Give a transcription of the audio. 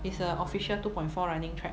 it's a official two point four running track